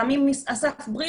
גם עם אסף בריל,